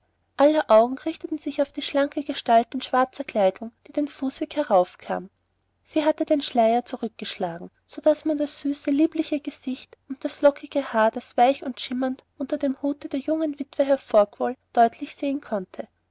aller augen richteten sich auf die schlanke gestalt in schwarzer kleidung die den fußweg herauf kam sie hatte den schleier zurückgeschlagen so daß man das süße liebliche gesicht und das lockige haar das weich und schimmernd unter dem hute der jungen witwe hervorquoll deutlich sehen konnte